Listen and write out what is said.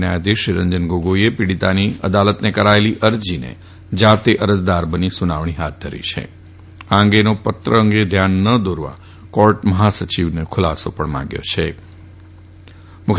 ન્યાયાધીશ શ્રી રંજન ગોગોઈએ પીડિતાની અદાલતને કરાયેલી અરજી અંગે જાતે અરજદાર બની સુનાવણી હાથ ધરી છે અને આ પત્ર અંગે ધ્યાન ન દોરવા બદલ કોર્ટ મહાસચિવનો ખુલાસો માંગ્યો છેમુખ્ય